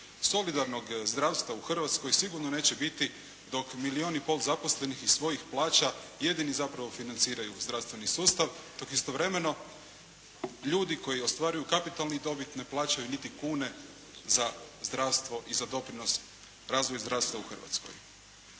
Solidarnog zdravstva u Hrvatskoj sigurno neće biti dok milijun i pol zaposlenih iz svojih plaća jedini zapravo financiraju zdravstveni sustav dok istovremeno ljudi koji ostvaruju kapitalnu dobit ne plaćaju niti kune za zdravstvo i za doprinos, razvoj zdravstva u Hrvatskoj.